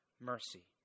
mercy